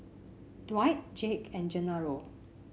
Dwight Jake and Genaro